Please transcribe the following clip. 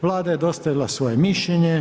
Vlada je dostavila svoje mišljenje.